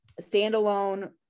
standalone